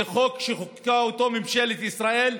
זה חוק שחוקקה ממשלת ישראל,